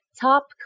top